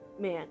man